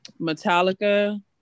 Metallica